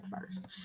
first